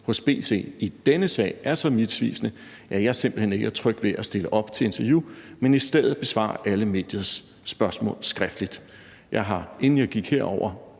i B.T. i denne sag er så misvisende, at jeg simpelt hen ikke er tryg ved at stille op til interview, men i stedet besvarer alle mediets spørgsmål skriftligt.